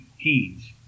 teens